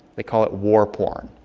they call it war porn.